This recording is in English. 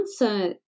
answer